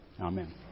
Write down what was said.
amen